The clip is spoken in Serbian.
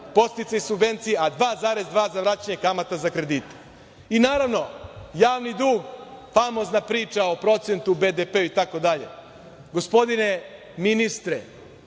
podsticaj subvencija, a 2,2% za vraćanje kamata za kredite. I naravno, javni dug, famozna priča o procentu BDP-a itd. Gospodine ministre,